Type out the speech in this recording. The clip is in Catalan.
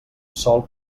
sol